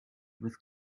with